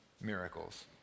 miracles